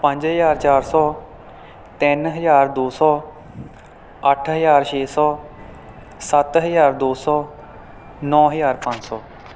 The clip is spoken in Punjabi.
ਪੰਜ ਹਜ਼ਾਰ ਚਾਰ ਸੌ ਤਿੰਨ ਹਜ਼ਾਰ ਦੋ ਸੌ ਅੱਠ ਹਜ਼ਾਰ ਛੇ ਸੌ ਸੱਤ ਹਜ਼ਾਰ ਦੋ ਸੌ ਨੌ ਹਜ਼ਾਰ ਪੰਜ ਸੌ